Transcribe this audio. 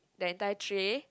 the entire tray